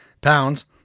pounds